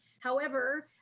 however,